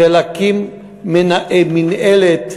להקים מינהלת,